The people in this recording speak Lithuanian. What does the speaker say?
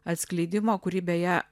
atskleidimo kurį beje